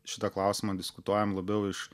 šitą klausimą diskutuojam labiau iš